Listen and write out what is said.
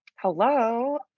Hello